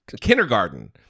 kindergarten